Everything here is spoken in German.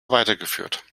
weitergeführt